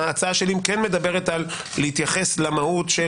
ההצעה שלי כן מדברת על להתייחס למהות של